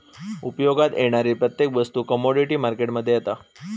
उपयोगात येणारी प्रत्येक वस्तू कमोडीटी मार्केट मध्ये येता